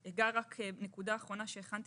נקודה אחרונה שהכנתי